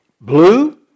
blue